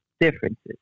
differences